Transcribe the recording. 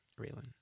Raylan